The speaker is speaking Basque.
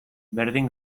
berdin